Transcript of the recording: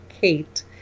Kate